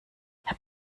herr